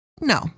no